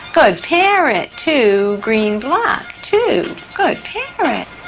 good parrot. two green block. two. good parrot.